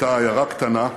הייתה עיירה קטנה,